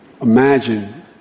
Imagine